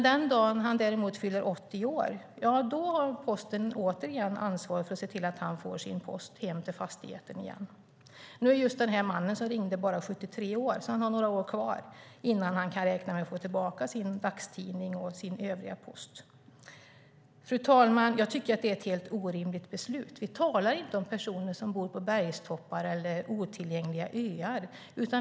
Den dag han däremot fyller 80 år har Posten återigen ansvar för att se till att han får sin post hem till fastigheten. Nu är just den man som ringde bara 73 år så han har några år kvar innan han kan räkna med att få tillbaka sin dagstidning och sin övriga post. Fru talman! Jag tycker att det är ett helt orimligt beslut. Vi talar inte om personer som bor på bergstoppar eller otillgängliga öar.